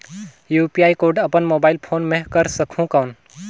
UPI code अपन mobile phone मे कर सकहुं कौन?